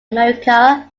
america